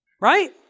Right